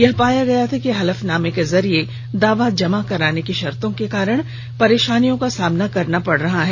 यह पाया गया था कि हलफनामे के जरिये दावा जमा कराने की शर्तो के कारण परेशानियों का सामना करना पड़ रहा है